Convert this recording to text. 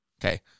Okay